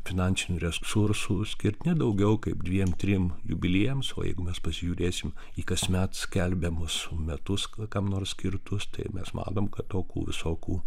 finansinių resursų skirt ne daugiau kaip dviem trim jubiliejams o jeigu mes pasižiūrėsim į kasmet skelbiamus metus kam nors skirtus tai mes manom kad tokių visokių